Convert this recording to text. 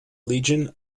legion